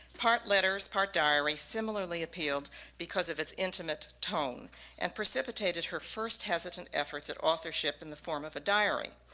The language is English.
part letters, part diary, similarly appealed because of its intimate tone and precipitated her first hesitant efforts at authorship in the form of a diary.